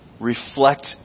Reflect